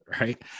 Right